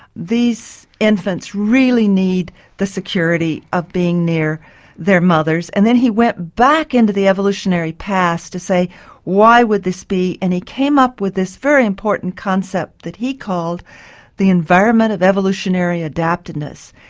these infants really need the security of being near their mothers. and then he went back into the evolutionary past to say why would this be, and he came up with this very important concept that he called the environment of evolutionary adaptiveness.